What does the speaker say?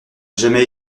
jamais